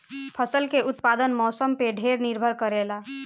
फसल के उत्पादन मौसम पे ढेर निर्भर करेला